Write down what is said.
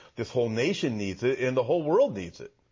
this whole nation needs it, and the whole world needs it.